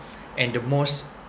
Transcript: and the most